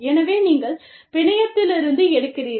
எனவே நீங்கள் பிணையத்திலிருந்து எடுக்கிறீர்கள்